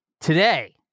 Today